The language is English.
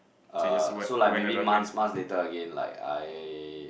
uh so like maybe months months later again like I